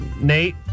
Nate